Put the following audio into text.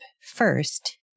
first